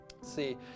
See